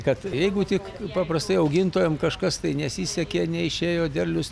kad jeigu tik paprastai augintojam kažkas tai nesisekė neišėjo derlius